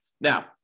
Now